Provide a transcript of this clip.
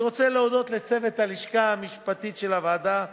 אני רוצה להודות לצוות הלשכה המשפטית של הוועדה,